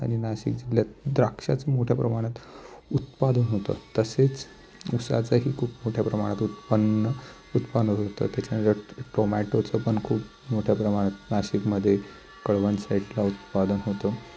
आणि नाशिक जिल्ह्यात द्राक्षाचं मोठ्या प्रमाणात उत्पादन होतं तसेच ऊसाचंही खूप मोठ्या प्रमाणात उत्पन्न उत्पन्न होतं त्याच्यानंतर टोमॅटोचं पण खूप मोठ्या प्रमाणात नाशिकमध्ये कळवण साईडला उत्पादन होतं